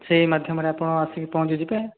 ସେଇ ମାଧ୍ୟମରେ ଆପଣ ଆସି ପହଞ୍ଚି ଯିବେ